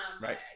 Right